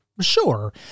Sure